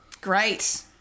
Great